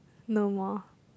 no more